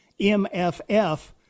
MFF